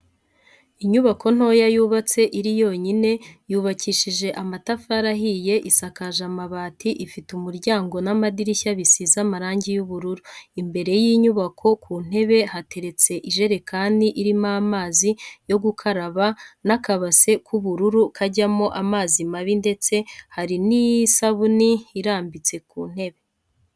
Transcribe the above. Inyubako ntoya yubatse iri yonyine, yubakishije amatafari ahiye isakaje amabati ifite umuryango n'amadirishya bisize amarangi y'ubururu, imbere y'inyubako ku ntebe hateretse ijerekani irimo amazi yo gukaraba n'akabase k'ubururu kajyamo amazi mabi ndetse hari n'isabuni irambitse ku ntebe.